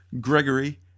gregory